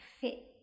fit